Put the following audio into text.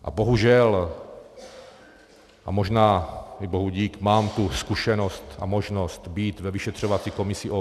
A bohužel, a možná i bohudík, mám tu zkušenost a možnost být ve vyšetřovací komisi OKD.